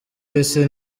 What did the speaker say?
ese